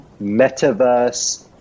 metaverse